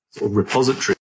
repository